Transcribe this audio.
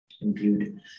imbued